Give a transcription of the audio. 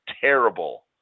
terrible